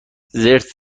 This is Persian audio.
زرت